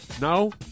no